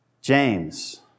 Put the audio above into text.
James